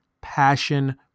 passion